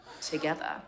together